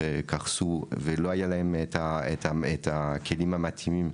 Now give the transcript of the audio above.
קרסו ולא היה להם את הכלים המתאימים,